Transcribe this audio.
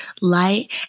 light